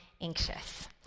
Anxious